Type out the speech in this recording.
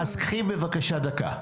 אז קחי בבקשה דקה.